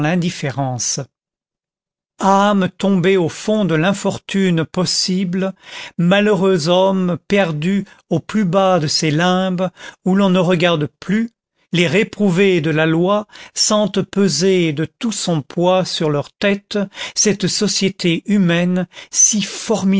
l'indifférence âmes tombées au fond de l'infortune possible malheureux hommes perdus au plus bas de ces limbes où l'on ne regarde plus les réprouvés de la loi sentent peser de tout son poids sur leur tête cette société humaine si